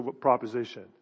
proposition